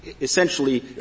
essentially